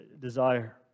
desire